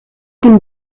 dem